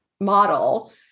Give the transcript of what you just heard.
model